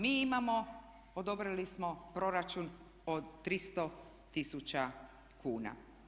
Mi imamo, odobrili smo proračun od 300 tisuća kuna.